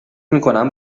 میکنم